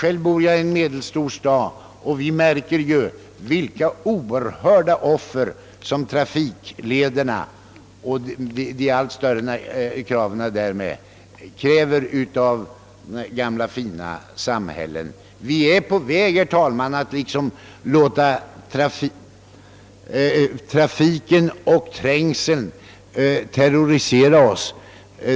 Jag bor själv i en medelstor stad, och vi märker där vilka oerhörda offer som trafiklederna och därmed sammanhängande anläggningar kräver av gamla fina samhällen. Vi är, herr talman, liksom på väg att låta trafiken och trängseln terrorisera oss.